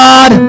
God